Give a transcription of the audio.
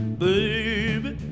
baby